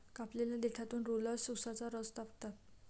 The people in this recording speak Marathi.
कापलेल्या देठातून रोलर्स उसाचा रस दाबतात